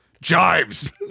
Jibes